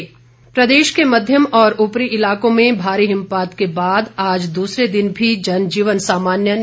मौसम प्रदेश के मध्यम और ऊपरी इलाकों में भारी हिमपात के बाद आज दूसरे दिन भी जनजीवन सामान्य नहीं हो पाया है